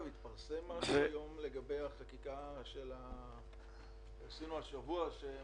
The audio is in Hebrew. התפרסם היום לגבי החקיקה של מה שעשינו השבוע?